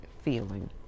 feeling